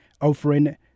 offering